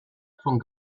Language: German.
von